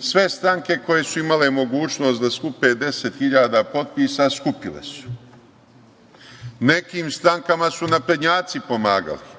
Sve stranke koje su imale mogućnost da skupe 10 hiljada potpisa skupile su. Nekim strankama su naprednjaci pomagali.